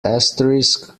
asterisk